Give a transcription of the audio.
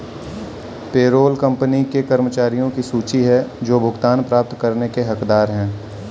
payroll company के कर्मचारियों की सूची है जो भुगतान प्राप्त करने के हकदार हैं